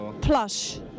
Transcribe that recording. plush